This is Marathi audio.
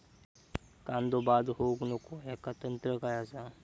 कांदो बाद होऊक नको ह्याका तंत्र काय असा?